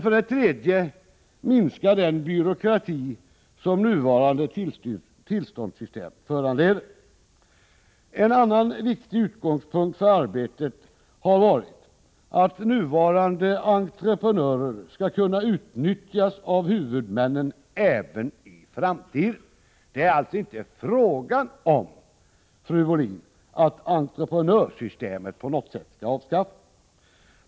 För det tredje skall det minska den byråkrati som nuvarande tillståndssystem föranleder. En annan viktig utgångspunkt för arbetet har varit att nuvarande entreprenörer skall kunna utnyttjas av huvudmännen även i framtiden. Det är alltså inte fråga om, fru Bohlin, att avskaffa entreprenörsystemet.